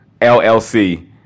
LLC